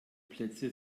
plätze